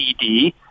ED